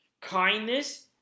kindness